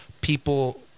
people